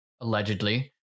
allegedly